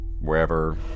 wherever